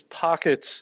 pockets